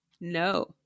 no